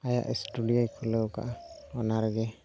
ᱟᱭᱟᱜ ᱥᱴᱩᱰᱤᱭᱳᱭ ᱠᱷᱩᱞᱟᱹᱣ ᱠᱟᱜᱼᱟ ᱚᱱᱟ ᱨᱮᱜᱮ